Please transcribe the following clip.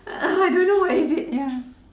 uh I don't know what is it ya